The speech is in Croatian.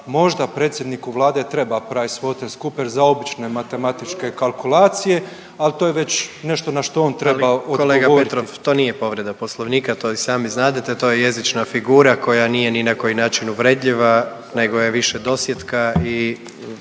Možda predsjedniku Vlade treba PricewaterCoopers za obične matematičke kalkulacije, ali to je već nešto na što on treba odgovoriti. **Jandroković, Gordan (HDZ)** Kolega Petrov to nije povreda Poslovnika, to i sami znadete, to je jezična figura koja nije ni na koji način uvredljiva nego je više dosjetka i